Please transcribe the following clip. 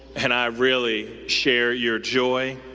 and i really share your joy.